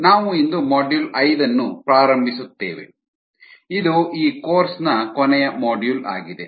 ನಾವು ಇಂದು ಮಾಡ್ಯೂಲ್ ಐದನ್ನು ಪ್ರಾರಂಭಿಸುತ್ತೇವೆ ಇದು ಈ ಕೋರ್ಸ್ ನ ಕೊನೆಯ ಮಾಡ್ಯೂಲ್ ಆಗಿದೆ